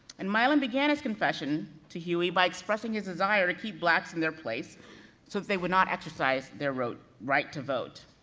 and milam began his confession to huie, by expressing his desire to keep blacks in their place, so that they would not exercise their right to vote.